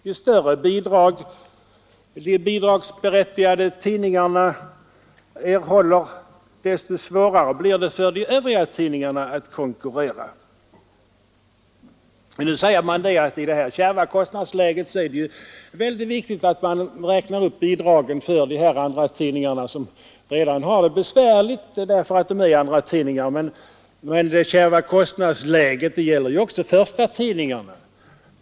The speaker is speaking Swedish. Ju större bidrag de bidragsberättigade tidningarna erhåller, desto svårare blir det för de övriga tidningarna att konkurrera. Nu säger man att det i nuvarande kärva kostnadsläge är mycket viktigt att bidragen räknas upp till de andratidningar som redan har det besvärligt på grund av att de är andratidningar. Men det kärva kostnadsläget drabbar även förstatidningar.